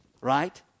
right